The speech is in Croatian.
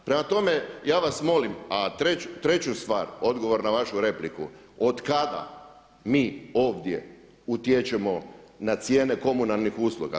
Prema tome ja vas molim, a treću stvar, odgovor na vašu repliku, od kada mi ovdje utječemo na cijene komunalnih usluga.